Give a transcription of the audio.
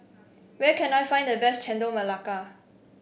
where can I find the best Chendol Melaka